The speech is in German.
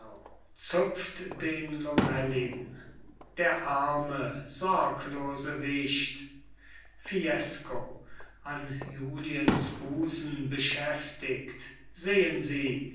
zupft den lomellin der arme sorglose wicht fiesco an juliens busen beschäftigt sehen sie